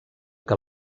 que